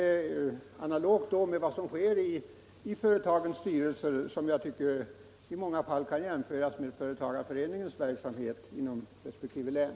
Då blir det analogt med vad som sker i styrelserna för de enskilda och allmänna företagen, som jag tycker i många fall kan jämföras med företagarföreningens verksamhet inom resp. län.